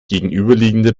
gegenüberliegende